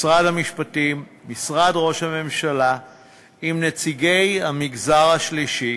משרד המשפטים ומשרד ראש הממשלה עם נציגי המגזר השלישי,